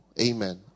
Amen